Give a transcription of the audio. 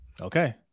Okay